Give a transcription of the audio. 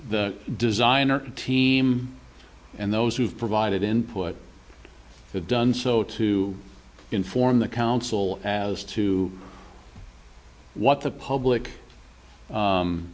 t designer team and those who have provided input have done so to inform the council as to what the public